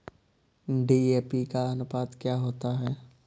DAP का अनुपात क्या होता है?